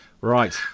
Right